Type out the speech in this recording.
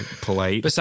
polite